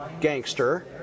gangster